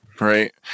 Right